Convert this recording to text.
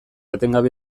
etengabe